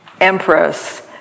empress